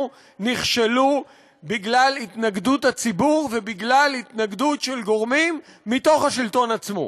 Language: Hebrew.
נכשלו בגלל התנגדות הציבור ובגלל התנגדות של גורמים מתוך השלטון עצמו.